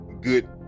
good